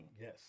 Yes